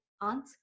aunt